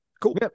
Cool